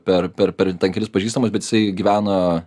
per per per ten kelis pažįstamus bet jisai gyvena